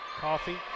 Coffee